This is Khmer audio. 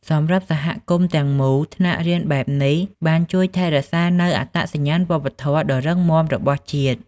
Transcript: សម្រាប់ សហគមន៍ ទាំងមូល ថ្នាក់រៀនបែបនេះបានជួយ ថែរក្សានូវអត្តសញ្ញាណវប្បធម៌ ដ៏រឹងមាំរបស់ជាតិ។